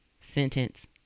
sentence